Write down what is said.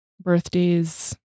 Birthdays